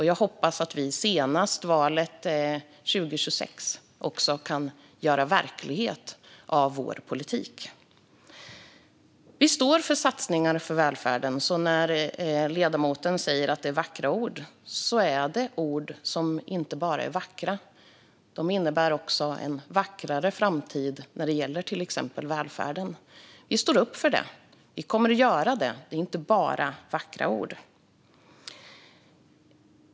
Jag hoppas att vi senast valet 2026 också kan göra verklighet av vår politik. Vi står för satsningar på välfärden. Ledamoten säger att det är vackra ord, men det är ord som inte bara är vackra. De innebär också en vackrare framtid när det gäller till exempel välfärden. Vi står upp för detta och kommer att göra det. Det är inte bara vackra ord.